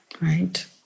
right